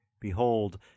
Behold